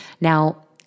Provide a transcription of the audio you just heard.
Now